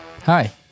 Hi